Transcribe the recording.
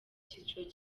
cyiciro